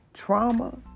Trauma